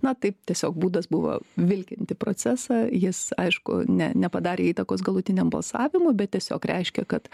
na taip tiesiog būdas buvo vilkinti procesą jis aišku ne nepadarė įtakos galutiniam balsavimui bet tiesiog reiškia kad